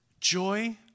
joy